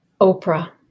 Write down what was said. Oprah